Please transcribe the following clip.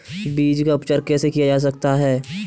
बीज का उपचार कैसे किया जा सकता है?